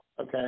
Okay